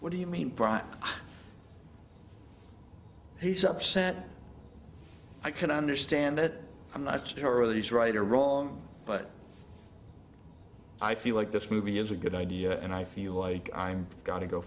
what do you mean he's upset i can understand it i'm not sure whether he's right or wrong but i feel like this movie is a good idea and i feel like i'm gonna go